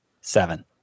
seven